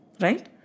right